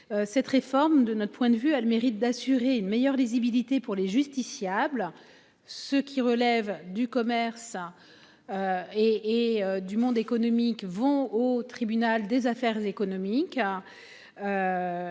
Cette réforme de notre point de vue a le mérite d'assurer une meilleure lisibilité pour les justiciables. Ce qui relève du commerce à. Et et du monde économique vont au tribunal des affaires économiques.